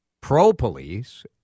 pro-police